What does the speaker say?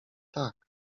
tak